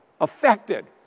affected